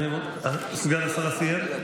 סגן השר סיים?